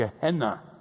Gehenna